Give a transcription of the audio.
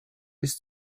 bis